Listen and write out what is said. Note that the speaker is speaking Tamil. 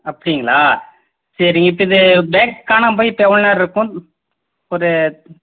அப்படிங்களா சரிங்க இப்போ இது பேக் காணாமல் போய் இப்போ எவ்வளோ நேரம் இருக்கும் ஒரு